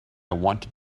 wanted